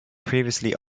previously